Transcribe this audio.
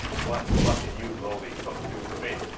what what can you, lowly cook, do for me?